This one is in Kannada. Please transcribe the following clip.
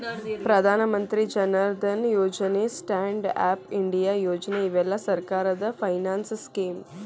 ಪ್ರಧಾನ ಮಂತ್ರಿ ಜನ್ ಧನ್ ಯೋಜನೆ ಸ್ಟ್ಯಾಂಡ್ ಅಪ್ ಇಂಡಿಯಾ ಯೋಜನೆ ಇವೆಲ್ಲ ಸರ್ಕಾರದ ಫೈನಾನ್ಸ್ ಸ್ಕೇಮ್